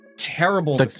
Terrible